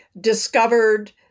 discovered